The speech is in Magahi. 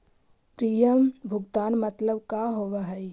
प्रीमियम भुगतान मतलब का होव हइ?